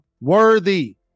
worthy